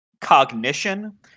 cognition